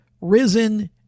risen